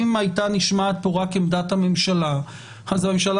אם הייתה נשמעת פה רק עמדת הממשלה אז הממשלה